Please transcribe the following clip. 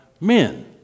men